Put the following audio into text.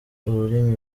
ururimi